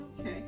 Okay